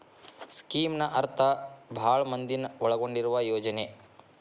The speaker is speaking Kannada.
ಸ್ಕೇಮ್ನ ಅರ್ಥ ಭಾಳ್ ಮಂದಿನ ಒಳಗೊಂಡಿರುವ ಯೋಜನೆ